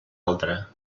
altra